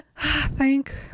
thank